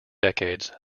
decades